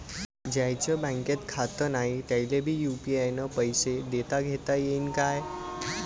ज्याईचं बँकेत खातं नाय त्याईले बी यू.पी.आय न पैसे देताघेता येईन काय?